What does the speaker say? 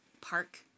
park